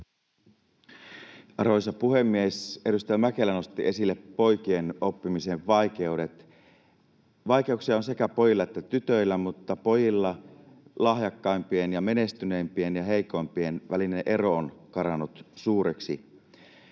Arvoisa puhemies! Edustaja Mäkelä nosti esille poikien oppimisen vaikeudet. Vaikeuksia on sekä pojilla että tytöillä, mutta pojilla lahjakkaimpien ja menestyneimpien ja heikoimpien välinen ero on karannut suureksi.